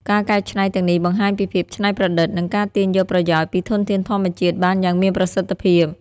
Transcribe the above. ការកែច្នៃទាំងនេះបង្ហាញពីភាពច្នៃប្រឌិត និងការទាញយកប្រយោជន៍ពីធនធានធម្មជាតិបានយ៉ាងមានប្រសិទ្ធភាព។